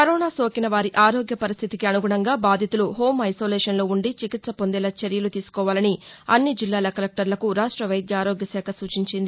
corona సోకిన వారి ఆరోగ్య పరిస్లితికి అనుగుణంగా బాధితులు హోం ఐసొలేషన్లో ఉండి చికిత్స పొందేలా చర్యలు తీసుకోవాలని అన్ని జిల్లాల కలెక్టర్లకు రాష్ట వైద్య ఆరోగ్య శాఖ సూచించింది